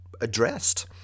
addressed